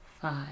five